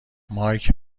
مایک